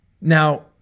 Now